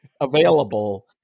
available